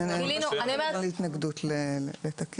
אין התנגדות לתקן.